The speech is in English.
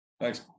Thanks